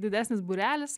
didesnis būrelis